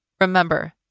Remember